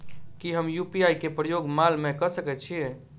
की हम यु.पी.आई केँ प्रयोग माल मै कऽ सकैत छी?